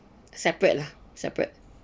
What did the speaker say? separate lah separate